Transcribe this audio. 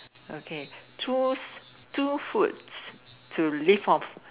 okay choose two foods to live off